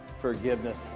forgiveness